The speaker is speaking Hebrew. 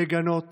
לגנות